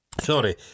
Sorry